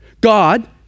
God